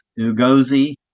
Ugozi